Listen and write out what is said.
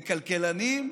לכלכלנים,